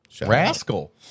Rascal